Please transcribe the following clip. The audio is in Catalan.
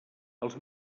els